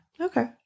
Okay